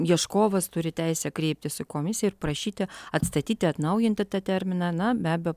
ieškovas turi teisę kreiptis į komisiją ir prašyti atstatyti atnaujinti tą terminą na be abejo